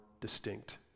distinct